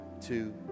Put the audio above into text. two